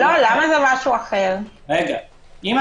כשאדם